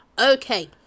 Okay